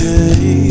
Hey